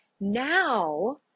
Now